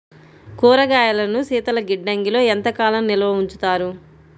కూరగాయలను శీతలగిడ్డంగిలో ఎంత కాలం నిల్వ ఉంచుతారు?